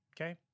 Okay